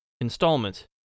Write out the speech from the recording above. installment